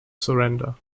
surrender